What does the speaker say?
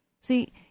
See